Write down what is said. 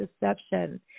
deception